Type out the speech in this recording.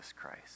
Christ